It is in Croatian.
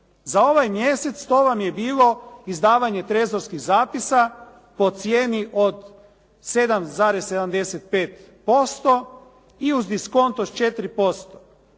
Za ovaj mjesec to vam je bilo izdavanje trezorskih zapisa po cijeni od 7,75% i uz diskont od 4%.